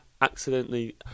accidentally